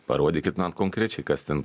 parodykit man konkrečiai kas ten